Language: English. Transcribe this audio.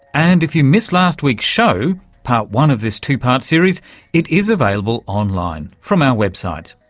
and if you missed last week's show part one of this two-part series it is available online from our website.